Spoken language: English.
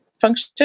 function